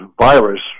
virus